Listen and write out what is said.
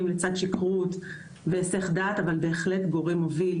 לצד שכרות והיסח דעת אבל בהחלט גורם מוביל.